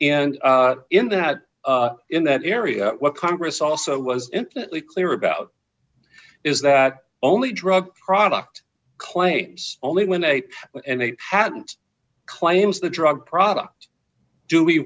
and in that in that area what congress also was instantly clear about is that only drug product claims only when they and they hadn't claims the drug product do we